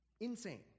Insane